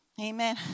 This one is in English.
Amen